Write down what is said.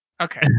Okay